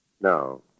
No